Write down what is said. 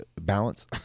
balance